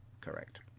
Correct